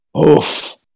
Oof